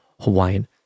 Hawaiian